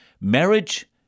Marriage